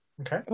okay